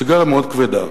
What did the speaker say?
סיגריה מאוד כבדה.